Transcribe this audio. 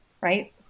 right